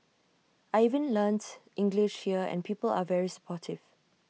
I even learnt English here and people are very supportive